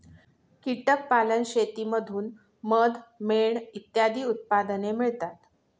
कीटक पालन शेतीतून मध, मेण इत्यादी उत्पादने मिळतात